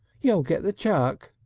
you'll get the chuck,